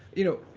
you know,